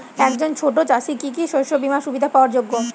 একজন ছোট চাষি কি কি শস্য বিমার সুবিধা পাওয়ার যোগ্য?